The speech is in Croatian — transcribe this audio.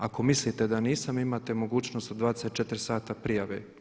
Ako mislite da nisam imate mogućnost od 24sata prijave.